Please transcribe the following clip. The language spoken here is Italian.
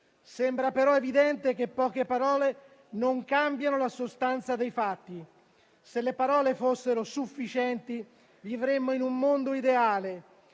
Sembra però evidente che poche parole non cambiano la sostanza dei fatti. Se le parole fossero sufficienti, vivremmo in un mondo ideale.